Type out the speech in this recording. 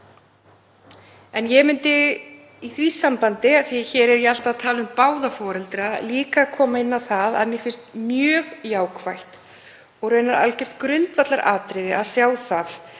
En ég myndi í því sambandi, af því að hér er ég alltaf að tala um báða foreldra, líka koma inn á það að mér finnst mjög jákvætt, og raunar algjört grundvallaratriði, að sjá að